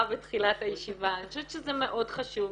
בתחילת הישיבה אני חושבת שזה מאוד חשוב,